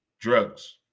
drugs